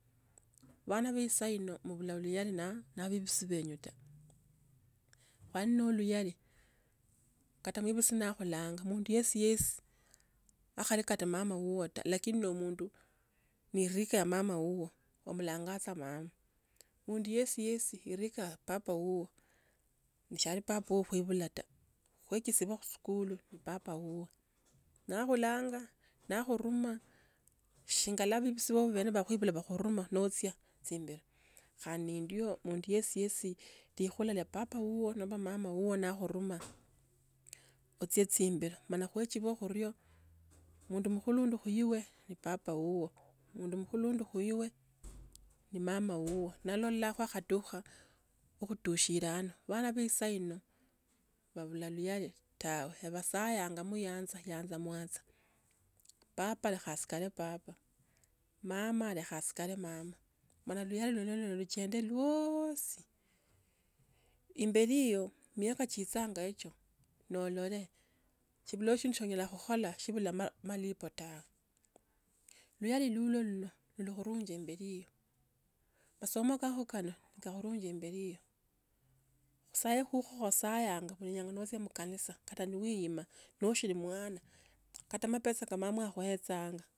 Bana be saino mu bula luyali ne na bebusi benyu ta. Kwali no luyali, kata mwebusi nakhulanga, mundu yesi yesi yakhali kata mama wuwo taa lkn no omundu, ne erika ya mama wuwo, omulanga tsa mama, mundu yesi yesi irika ya papa wowo, na tsali papa woo khuibula taa, khuekisibwa musikuli ne papa wuwo, nakhulanga, nakhuruma, shingala ne bebusi boho baikhuibula bakhuruma no ochia chimbilo. Khandi ne indio mundu yesi yesi likhula lya papa wuwo nomba mama wuwo nakhuruma, otsie chimbilo mala khuekibya khurio, mundu mukhulundu khuiwe ni papa uwo, mundu mukhulundu khuiwe ni mama wuwo, na alola kwakhatukha wo khutishile ano bana be saino babula luyali tawe, ebasayanga muyanza yanza mwanza papa lekha ashikale papa, mama lekha ashikale mama mana luyali luno luchendwe lyosi. Imbeli hiyo, miaka chinjanga echo nolole, sibulao sindu syo onyala khukhola shibula ma malipo tawe. Luyali lulwo lulwo lulakhurunga imbeli hiyo, masomo kako kano kaliikhurugia imbeli hiyo, khusaya kukwo khusaya khuli inyanga uchie mkanisa kata no uwima no ushili mwana kata mapesa ke mama yakhuechanga.